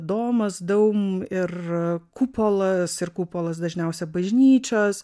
domas daum ir kupolas ir kupolas dažniausia bažnyčios